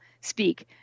speak